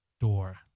Door